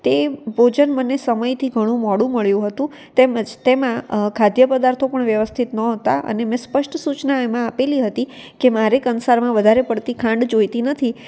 તે ભોજન મને સમયથી ઘણું મોડું મળ્યું હતું તેમજ તેમાં ખાદ્યપદાર્થો પણ વ્યવસ્થિત ન હતા અને મેં સ્પષ્ટ સૂચના એમાં આપેલી હતી કે મારે કંસારમાં વધારે પડતી ખાંડ જોઈતી નથી